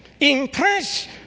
Impress